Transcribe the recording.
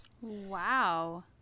Wow